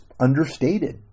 understated